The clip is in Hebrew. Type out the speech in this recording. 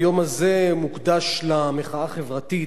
היות שהיום הזה מוקדש למחאה החברתית,